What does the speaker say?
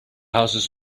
houses